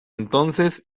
entonces